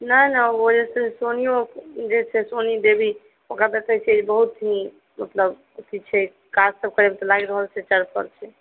नहि नहि ओ जे छै सोनियो जे छै सोनी देवी ओकरा देखै छीयै बहुत नीक मतलब अथी छै काज ताज करयमे तऽ लागि रहल छै चरफर छै